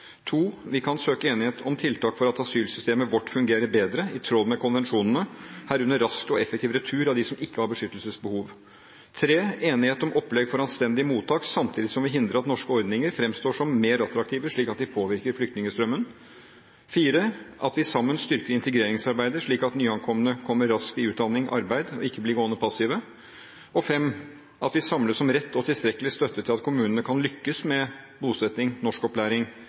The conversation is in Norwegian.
Vi kan søke enighet om tiltak for at asylsystemet vårt fungerer bedre i tråd med konvensjonene, herunder rask og effektiv retur av dem som ikke har beskyttelsesbehov. Søke enighet om opplegg for anstendige mottak samtidig som vi hindrer at norske ordninger fremstår som mer attraktive slik at de påvirker flyktningstrømmen. At vi sammen styrker integreringsarbeidet, slik at nyankomne kommer raskt i utdanning og arbeid, og ikke blir gående passive. At vi samles om rett og tilstrekkelig støtte til at kommunene kan lykkes med bosetting, norskopplæring,